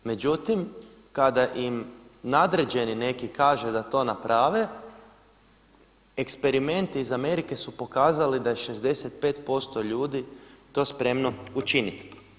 Međutim, kada im nadređeni neki kaže da to naprave eksperimenti iz Amerike su pokazali da je 65% ljudi to spremno učiniti.